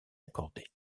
accordée